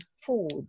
food